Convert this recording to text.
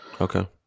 Okay